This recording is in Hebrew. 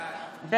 בעד